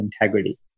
integrity